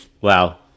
Wow